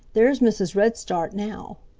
there's mrs redstart now.